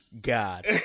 God